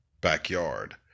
backyard